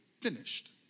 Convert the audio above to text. finished